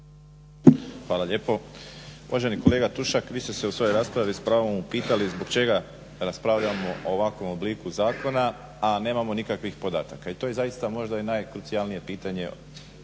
Hvala lijepo. Uvaženi kolega Tušak, vi ste se u svojoj raspravi s pravom upitali zbog čega raspravljamo o ovakvom obliku zakona, a nemamo nikakvih podataka i to je zaista možda i najkrucijalnije pitanje ovog